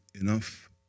enough